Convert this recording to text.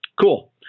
cool